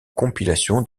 compilation